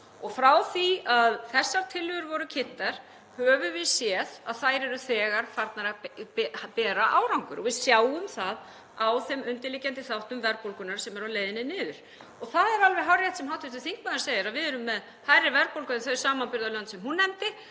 Og frá því að þessar tillögur voru kynntar höfum við séð að þær eru þegar farnar að bera árangur. Við sjáum það á þeim undirliggjandi þáttum verðbólgunnar sem eru á leiðinni niður. Það er alveg hárrétt sem hv. þingmaður segir að við erum með hærri verðbólgu en þau samanburðarlönd sem hún nefndi.